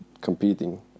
competing